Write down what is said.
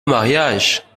mariage